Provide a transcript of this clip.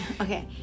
Okay